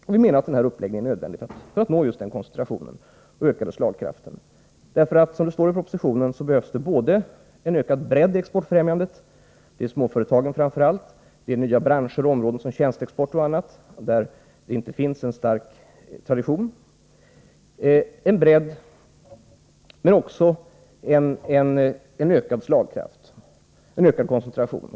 Den uppdelning som vi föreslår är nödvändig för att nå denna koncentration och en ökad slagkraft. Som det står i propositionen behövs det både en ökad bredd i exportfrämjandet — det gäller framför allt småföretagen, nya branscher och områden såsom tjänsteexport, där det inte finns någon stark tradition — och en ökad slagkraft, en ökad koncentration.